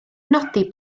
nodi